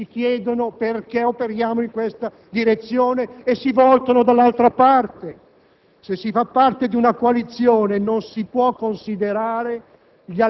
Guardate, io ritengo che la politica abbia leggi molto precise e ferree;